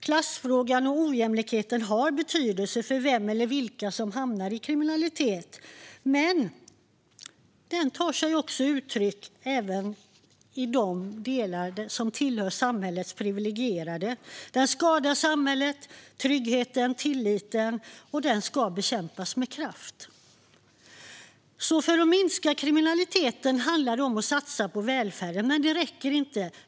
Klassfrågan och ojämlikheten har betydelse för vem eller vilka som hamnar i kriminalitet, men kriminaliteten finns även bland dem som tillhör samhällets privilegierade. Den skadar samhället, tryggheten och tilliten, och den ska bekämpas med kraft. För att minska kriminaliteten handlar det om att satsa på välfärden. Men det räcker inte.